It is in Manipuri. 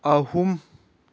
ꯑꯍꯨꯝ